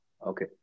Okay